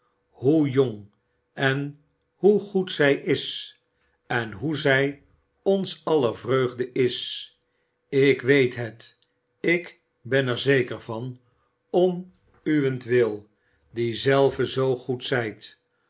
hoe jong en hoe goed zij is en hoe zij ons aller vreugde is ik weet het ik ben er zeker van om uwentwil die zelve zoo goed zijt